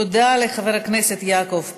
תודה לחבר הכנסת יעקב פרי.